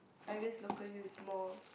I guess local U is more